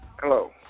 Hello